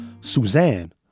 Suzanne